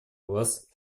вас